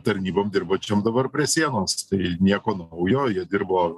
tarnybom dirbančiom dabar prie sienos tai nieko naujo jie dirbo